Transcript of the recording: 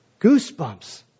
Goosebumps